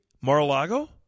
Mar-a-Lago